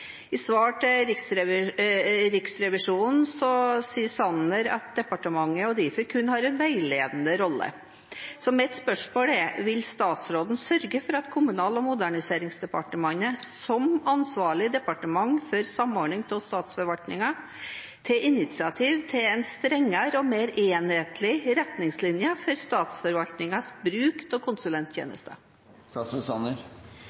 I svar til Riksrevisjonen sier Sanner at departementet og Difi kun har en veiledende rolle. Mitt spørsmål er: Vil statsråden sørge for at Kommunal- og moderniseringsdepartementet som ansvarlig departement for samordning i statsforvaltningen tar initiativ til strengere og mer enhetlige retningslinjer for statsforvaltningenes bruk